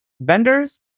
vendors